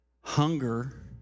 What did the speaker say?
Hunger